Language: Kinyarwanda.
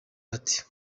bati